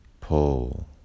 pull